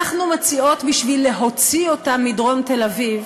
אנחנו מציעות, בשביל להוציא אותם מדרום תל-אביב,